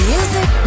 Music